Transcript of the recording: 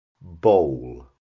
bowl